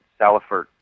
salifert